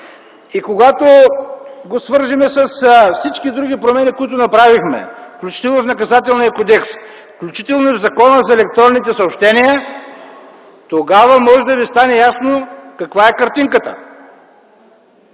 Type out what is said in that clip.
и когато го свържем с всички други промени, които направихме, включително и в Наказателния кодекс, включително и в Закона за електронните съобщения, тогава може да ви стане ясно каква е картинката.